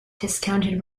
discounted